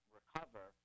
recover